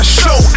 show